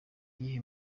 iyihe